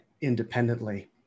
independently